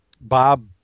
Bob